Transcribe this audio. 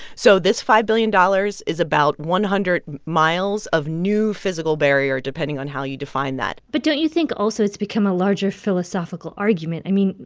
so this five billion dollars is about one hundred miles of new physical barrier, depending on how you define that but don't you think, also, it's become a larger philosophical argument? i mean,